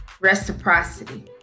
reciprocity